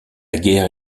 guerre